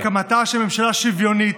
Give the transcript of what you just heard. תאפשרנה הקמתה של ממשלה שוויונית,